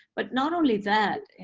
but not only that, and